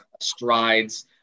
strides